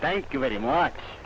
thank you very much